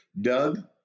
Doug